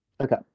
Okay